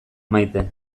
maite